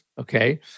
okay